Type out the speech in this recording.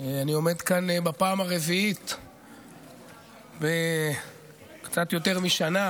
הנושא הבא על סדר-היום: הצעת חוק תקציב נוסף לשנת הכספים 2024,